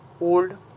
old